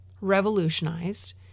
revolutionized